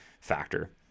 factor